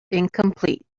incomplete